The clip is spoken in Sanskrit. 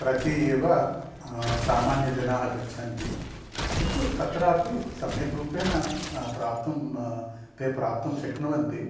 प्रति एव सामान्यजनाः गच्छन्ति किन्तु तत्रापि सम्यक् रूपेण प्राप्तुं ते प्राप्तुं शक्नुवन्ति